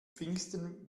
pfingsten